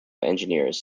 engineers